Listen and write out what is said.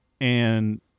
and-